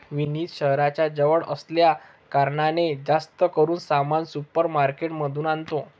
विनीत शहराच्या जवळ असल्या कारणाने, जास्त करून सामान सुपर मार्केट मधून आणतो